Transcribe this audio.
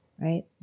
right